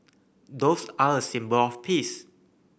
doves are a symbol of peace